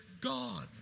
God